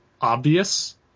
obvious